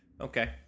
Okay